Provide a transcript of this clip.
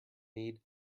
need